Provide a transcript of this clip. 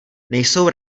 nejsou